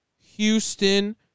Houston